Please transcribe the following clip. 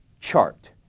chart